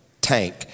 tank